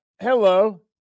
Hello